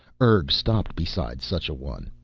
urg stopped beside such a one.